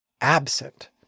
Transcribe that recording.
absent